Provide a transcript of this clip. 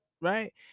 right